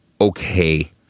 Okay